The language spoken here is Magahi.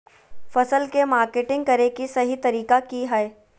फसल के मार्केटिंग करें कि सही तरीका की हय?